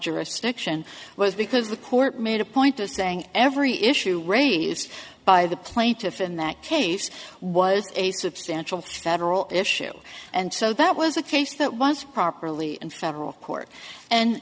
jurisdiction was because the court made a point of saying every issue raised by the plaintiff in that case was a substantial federal issue and so that was a case that was properly in federal court and